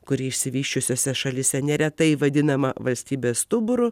kuri išsivysčiusiose šalyse neretai vadinama valstybės stuburu